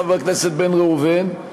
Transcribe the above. חבר הכנסת בן ראובן,